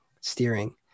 steering